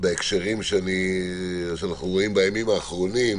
בהקשרים שאנחנו בימים האחרונים,